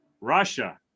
Russia